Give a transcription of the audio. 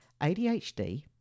ADHD